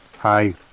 Hi